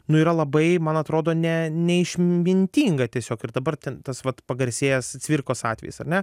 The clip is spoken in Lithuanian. nu yra labai man atrodo ne neišmintinga tiesiog ir dabar ten tas vat pagarsėjęs cvirkos atvejis ar ne